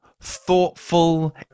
thoughtful